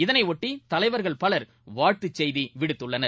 இதனையொட்டி தலைவர்கள் பலர் வாழ்த்துச் செய்தி விடுத்துள்ளனர்